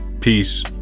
Peace